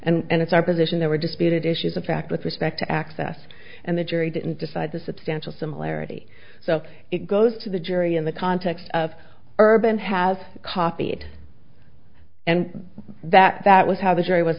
and it's our position there were disputed issues of fact with respect to access and the jury didn't decide the substantial similarity so it goes to the jury in the context of urban have copied and that that was how the jury was